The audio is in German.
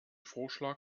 vorschlag